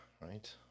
right